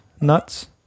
nuts